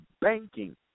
banking